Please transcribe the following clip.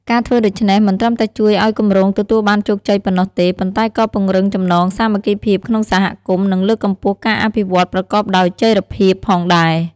ការធ្វើដូច្នេះមិនត្រឹមតែជួយឲ្យគម្រោងទទួលបានជោគជ័យប៉ុណ្ណោះទេ ប៉ុន្តែក៏ពង្រឹងចំណងសាមគ្គីភាពក្នុងសហគមន៍ និងលើកកម្ពស់ការអភិវឌ្ឍប្រកបដោយចីរភាពផងដែរ។